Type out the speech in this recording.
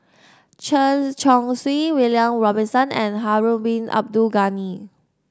Chen Chong Swee William Robinson and Harun Bin Abdul Ghani